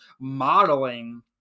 modeling